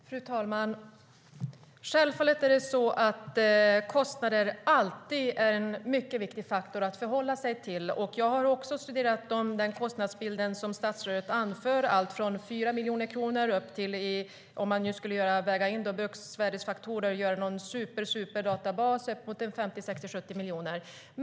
Fru talman! Självfallet är kostnaden alltid en viktig faktor. Jag har också studerat den kostnadsbild som statsrådet återger - allt från 4 miljoner upp till, om man skulle väga in bruksvärdesfaktorer och göra en superdatabas, 50, 60 eller 70 miljoner.